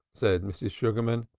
said mrs. sugarman,